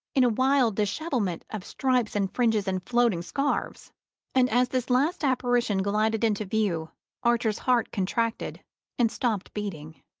in a wild dishevelment of stripes and fringes and floating scarves and as this last apparition glided into view archer's heart contracted and stopped beating.